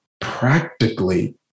practically